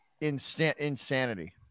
insanity